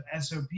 SOP